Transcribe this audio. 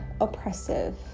oppressive